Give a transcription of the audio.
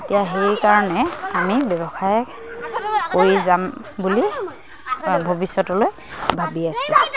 এতিয়া সেইকাৰণে আমি ব্যৱসায় কৰি যাম বুলি ভৱিষ্যতলৈ ভাবি আছোঁ